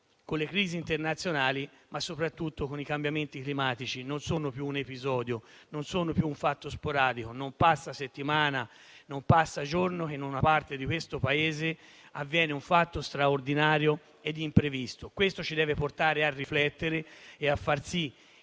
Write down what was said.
con le crisi internazionali, ma soprattutto con i cambiamenti climatici, che non sono più un episodio o un fatto sporadico. Non passa settimana, non passa giorno senza che in una parte di questo Paese avvenga un fatto straordinario e imprevisto. Questo ci deve portare a riflettere sul fatto